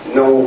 no